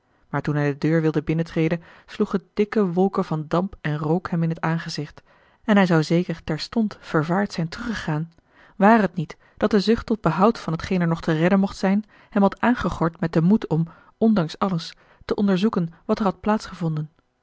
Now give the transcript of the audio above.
maar toen hij de deur wilde binnentreden sloegen dikke wolken van damp en rook hem in het aangezicht en hij zou zeker terstond vervaard zijn teruggegaan ware het niet dat de zucht tot behoud van t geen er nog te redden mocht zijn hem had aangegord met den moed om ondanks alles te onderzoeken wat er had